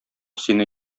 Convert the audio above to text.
сине